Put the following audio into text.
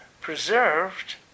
preserved